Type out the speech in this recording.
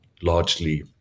largely